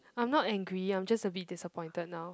I'm not angry I'm just a bit disappointed now